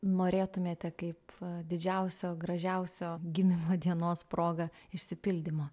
norėtumėte kaip didžiausio gražiausio gimimo dienos proga išsipildymo